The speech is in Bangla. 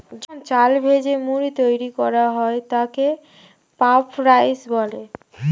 যখন চাল ভেজে মুড়ি তৈরি করা হয় তাকে পাফড রাইস বলে